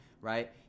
right